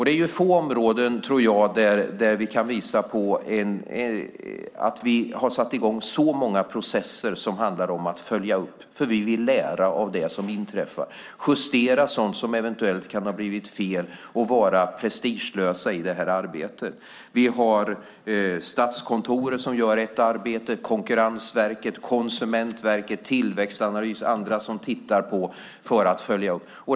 Det är få områden där vi kan visa på att vi har satt i gång så många processer som handlar om att följa upp. Vi vill lära av det som inträffar, justera sådant som eventuellt kan ha blivit fel och vara prestigelösa i det arbetet. Vi har Statskontoret som gör ett arbete. Konkurrensverket, Konsumentverket, Tillväxtanalys och andra tittar på detta för att följa upp.